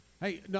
Hey